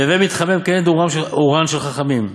והווי מתחמם כנגד אורן של חכמים,